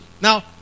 Now